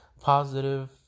positive